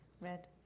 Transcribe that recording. Red